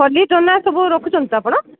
ଖଲି ଦନା ସବୁ ରଖୁଛନ୍ତି ତ ଆପଣ